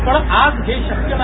पण आज हे शक्य नाही